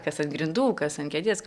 kas ant grindų kas ant kėdės